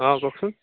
অঁ কওকচোন